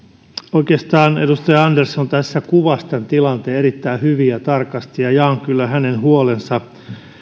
oikeastaan edustaja andersson tässä kuvasi tämän tilanteen erittäin hyvin ja tarkasti ja jaan kyllä hänen huolensa